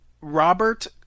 Robert